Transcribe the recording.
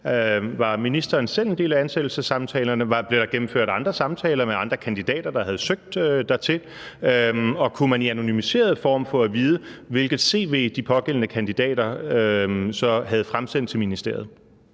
Var ministeren selv en del af ansættelsessamtalerne? Blev der gennemført andre samtaler med andre kandidater, der havde søgt? Kunne man i anonymiseret form få at vide, hvilket cv de pågældende kandidater havde fremsendt til ministeriet?